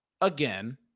again